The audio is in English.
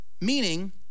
Meaning